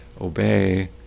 obey